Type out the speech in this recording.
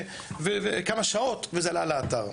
כמה שעות וזה עלה לאתר.